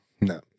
no